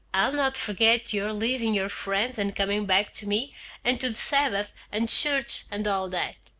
i'll not forget your leaving your friends and coming back to me and to the sabbath and church and all that.